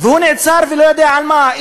והוא נעצר ולא יודע על מה.